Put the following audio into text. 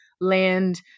land